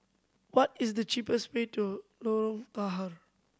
what is the cheapest way to Lorong Tahar